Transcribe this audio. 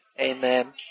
Amen